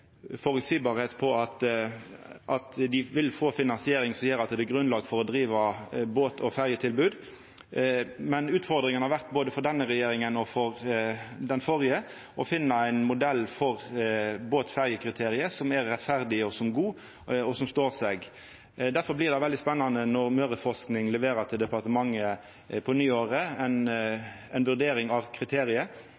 at dei vil få finansiering som gjer at det er grunnlag for å driva båt- og ferjetilbod, men utfordringa har vore både for denne regjeringa og for den førre å finna ein modell for båt- og ferjekriteriet som er rettferdig og godt, og som står seg. Difor blir det veldig spennande når Møreforsking på nyåret leverer til departementet